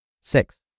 Six